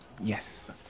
Yes